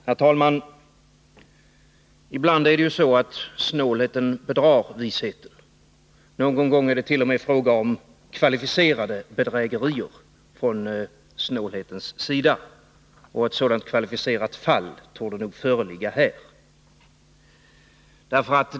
Herr talman! Ibland bedrar snålheten visheten. Någon gång är det t.o.m. fråga om kvalificerat bedrägeri från snålhetens sida. Ett sådant kvalificerat fall torde nog föreligga här.